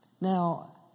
Now